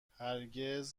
هرگز